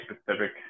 specific